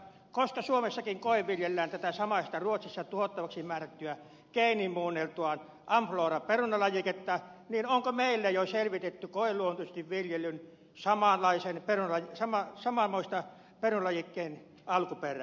koska suomessakin koeviljellään tätä samaista ruotsissa tuhottavaksi määrättyä geenimuunneltua amflora perunalajiketta niin onko meillä jo selvitetty koeluontoisesti viljellyn samanmoisen perunalajikkeen alkuperää